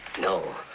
No